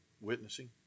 witnessing